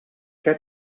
què